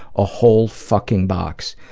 a whole fucking box.